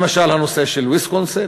למשל, הנושא של ויסקונסין.